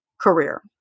career